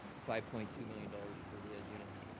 five point two million dollars for the ed units.